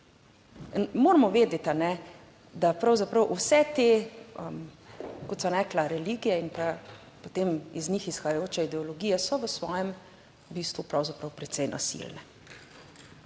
da moramo vedeti, da pravzaprav vse te, kot sem rekla, religije in pa potem iz njih izhajajoče ideologije so v svojem bistvu pravzaprav precej nasilne,